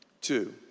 two